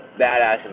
Badass